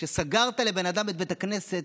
כשסגרת לבן אדם את בית הכנסת,